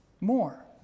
more